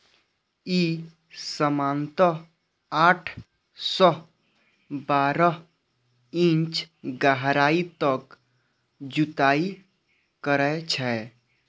ई सामान्यतः आठ सं बारह इंच गहराइ तक जुताइ करै छै